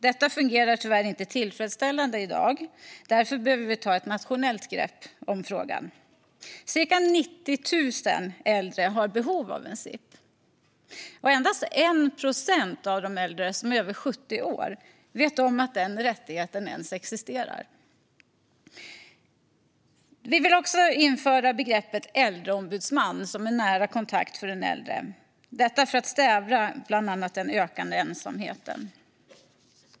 Detta fungerar tyvärr inte tillfredsställande i dag. Därför behöver vi ta ett nationellt grepp om frågan. Ca 90 000 äldre har behov av en SIP, men endast 1 procent av de äldre över 70 år vet om att den rättigheten ens existerar. Vi vill också införa begreppet äldreombudsman som en nära kontakt för den äldre, detta för att stävja bland annat den ökande ensamheten.